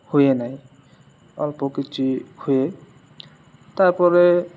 ହୁଏ ନାହିଁ ଅଳ୍ପ କିଛି ହୁଏ ତା'ପରେ